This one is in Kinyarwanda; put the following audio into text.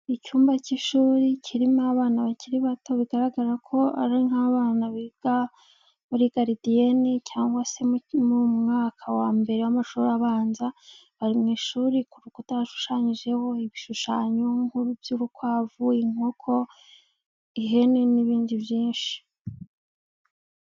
Icyumba cy'ishuri kirimo abana bakiri bato, bigaragara ko ari nk'abana biga muri garidiyene cyangwa se mu mwaka wa mbere w'amashuri abanza, bari mu ishuri ku rukuta yashushanyijeho ibishushanyo, nk'iby'urukwavu, inkoko, ihene n'ibindi byinshi.